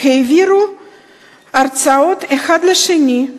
העבירו הרצאות אחד לשני,